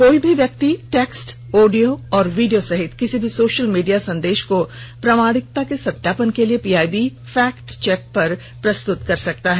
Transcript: कोई भी व्यक्ति टेक्स्ट ऑडियो और वीडियो सहित किसी भी सोशल मीडिया संदेश को प्रामाणिकता के सत्यापन के लिए पीआईबी फैक्ट चेक पर प्रस्तुत कर सकता है